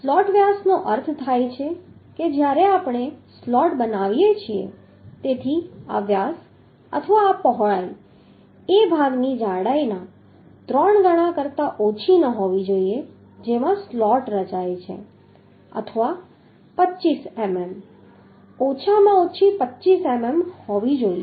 slot વ્યાસનો અર્થ થાય છે જ્યારે આપણે સ્લોટ બનાવીએ છીએ તેથી આ વ્યાસ અથવા આ પહોળાઈ એ ભાગની જાડાઈના ત્રણ ગણા કરતાં ઓછી ન હોવી જોઈએ જેમાં સ્લોટ રચાય છે અથવા 25 મીમી ઓછામાં ઓછી 25 મીમી હોવી જોઈએ